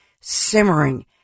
simmering